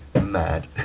Mad